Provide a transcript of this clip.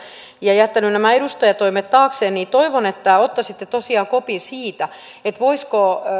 ja jättänyt nämä edustajatoimet taakseen toivon että ottaisitte tosiaan kopin siitä voisiko